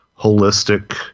holistic